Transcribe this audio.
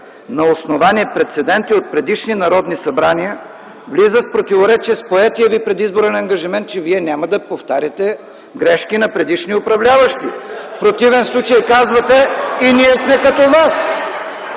на основание прецеденти от предишни народни събрания, влиза в противоречие с поетия ви предизборен ангажимент, че вие няма да повтаряте грешки на предишни управляващи. (Шум и реплики от ГЕРБ.) В противен случай казвате: „И ние сме като вас”.